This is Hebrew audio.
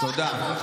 תודה.